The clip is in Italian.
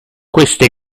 queste